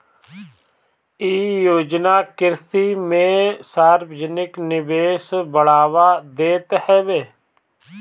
इ योजना कृषि में सार्वजानिक निवेश के बढ़ावा देत हवे